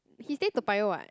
he stay Toa-Payoh [what]